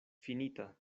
finita